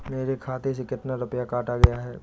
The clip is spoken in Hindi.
मेरे खाते से कितना रुपया काटा गया है?